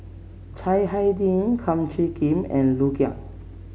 Chiang Hai Ding Kum Chee Kin and Liu Kang